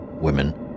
women